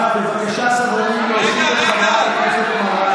בבקשה, סדרנים, להוציא את חברת הכנסת מראענה.